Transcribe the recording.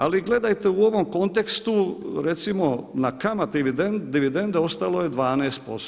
Ali gledajte u ovom kontekstu, recimo na kamate i dividende ostalo 12%